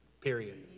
period